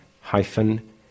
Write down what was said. hyphen